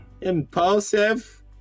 impulsive